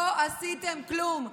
לא עשיתם כלום.